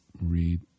read